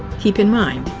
keep in mind,